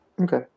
Okay